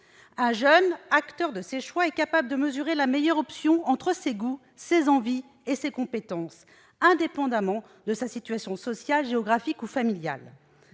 Un jeune acteur de ses choix est capable de mesurer la meilleure option entre ses goûts, ses envies et ses compétences, indépendamment de sa situation sociale, géographique ou familiale.